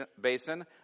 basin